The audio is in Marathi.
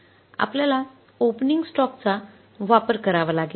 आपल्याला ओपनिंग स्टॉकचा वापर करावा लागेल